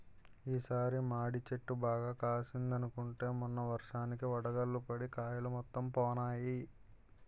ఈ సారి మాడి చెట్టు బాగా కాసిందనుకుంటే మొన్న వర్షానికి వడగళ్ళు పడి కాయలు మొత్తం పోనాయి